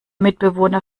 mitbewohner